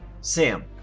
sam